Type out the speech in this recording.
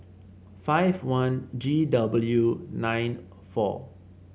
five one G W nine four